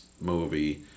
movie